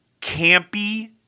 campy